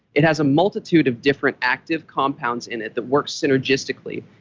it has a multitude of different active compounds in it that work synergistically.